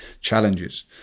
challenges